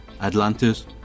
Atlantis